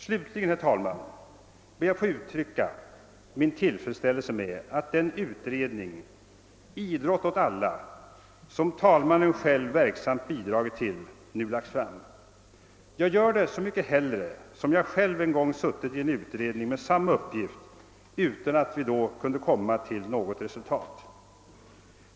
Slutligen, herr talman, ber jag att få uttrycka min tillfredsställelse med att den utredning — »Idrott åt alla« — som talmannen själv verksamt bidragit till nu lagts fram. Jag gör det så mycket hellre som jag själv en gång suttit i en utredning med samma uppgift utan att vi då kunde komma till något resultat.